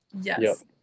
Yes